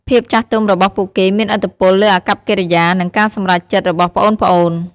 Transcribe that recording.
ភាពចាស់ទុំរបស់ពួកគេមានឥទ្ធិពលលើអាកប្បកិរិយា និងការសម្រេចចិត្តរបស់ប្អូនៗ។